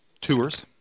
tours